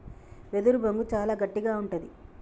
వెదురు బొంగు చాలా గట్టిగా ఉంటది